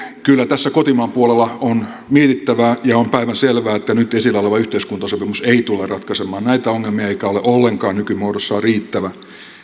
kyllä tässä kotimaan puolella on mietittävää ja on päivänselvää että nyt esillä oleva yhteiskuntasopimus ei tule ratkaisemaan näitä ongelmia eikä ole ollenkaan nykymuodossaan riittävä